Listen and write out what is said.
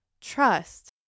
Trust